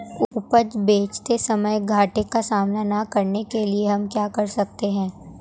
उपज बेचते समय घाटे का सामना न करने के लिए हम क्या कर सकते हैं?